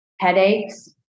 headaches